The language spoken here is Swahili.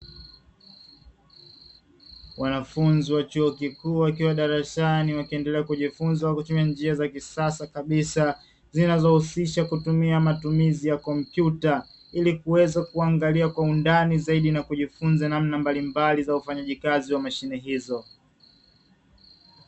Wanafunzi wa chuo kikuu wakiwa darasani wakiendelea kujifunza wakitumia njia za kisasa kabisa, zinazohusisha kutumia komputa ili kuweza kuangalia kwa undani zaidi na kuangalia namna mbalimbali za ufanyaji kazi wa mashine hizo.